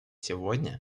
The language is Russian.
сегодня